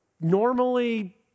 normally